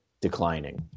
declining